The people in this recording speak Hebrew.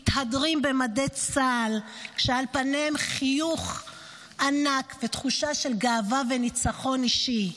מתהדרים במדי צה"ל כשעל פניהם חיוך ענק ותחושה של גאווה וניצחון אישי.